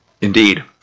Indeed